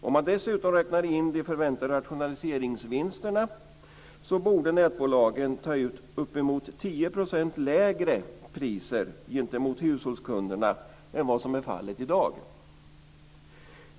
Om man dessutom räknar in de förväntade rationaliseringsvinsterna så borde nätbolagen ta ut uppemot 10 % lägre priser gentemot hushållskunderna än vad som är fallet i dag.